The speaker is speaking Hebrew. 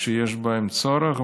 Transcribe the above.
שיש בהם צורך,